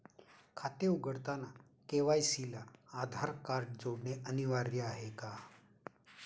खाते उघडताना के.वाय.सी ला आधार कार्ड जोडणे अनिवार्य आहे का?